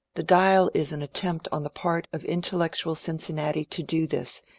the dial is an attempt on the part of inteuectual cincinnati to do this,